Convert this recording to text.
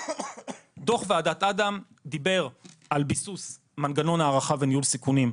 דוח ועדת אדם דיבר על ביסוס מנגנון הערכה וניהול סיכונים,